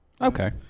Okay